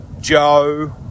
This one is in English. Joe